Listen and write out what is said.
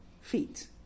feet